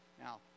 Now